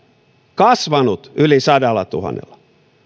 kasvanut yli sadallatuhannella